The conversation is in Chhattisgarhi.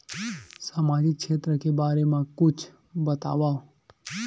सामाजिक क्षेत्र के बारे मा कुछु बतावव?